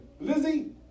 Lizzie